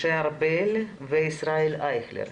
משה ארבל וישראל אייכלר.